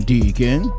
Deacon